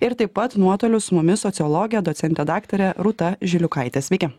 ir taip pat nuotoliu su mumis sociologė docentė daktarė rūta žiliukaitė sveiki